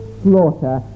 slaughter